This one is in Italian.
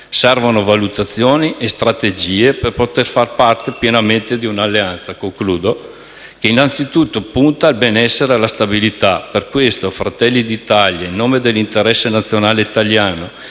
Servono valutazioni e strategie per poter far parte pienamente di un'alleanza, che innanzitutto punta al benessere e alla stabilità. Per questo Fratelli d'Italia, in nome dell'interesse nazionale italiano,